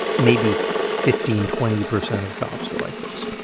maybe fifteen, twenty percent of jobs are like this.